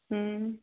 ਹੂੰ